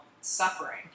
suffering